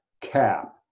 cap